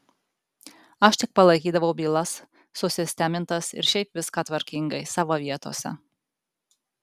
aš tik palaikydavau bylas susistemintas ir šiaip viską tvarkingai savo vietose